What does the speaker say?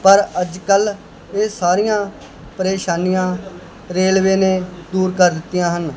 ਪਰ ਅੱਜ ਕੱਲ੍ਹ ਇਹ ਸਾਰੀਆਂ ਪਰੇਸ਼ਾਨੀਆਂ ਰੇਲਵੇ ਨੇ ਦੂਰ ਕਰ ਦਿੱਤੀਆਂ ਹਨ